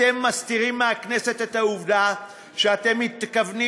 אתם מסתירים מהכנסת את העובדה שאתם מתכוונים